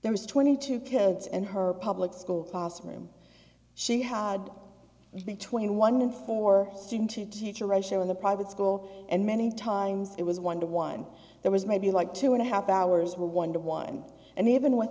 there was twenty two kids and her public school classroom she had between one for student to teacher ratio in the private school and many times it was one to one there was maybe like two and a half hours well one to one and even with